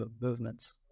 movements